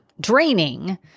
draining